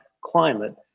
climate